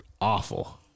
awful